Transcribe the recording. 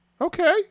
Okay